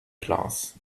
class